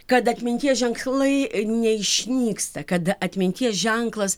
kad atminties ženklai neišnyksta kada atminties ženklas